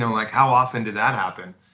um like how often did that happen?